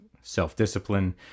self-discipline